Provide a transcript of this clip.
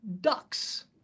ducks